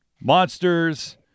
monsters